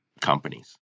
companies